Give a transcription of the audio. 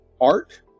Art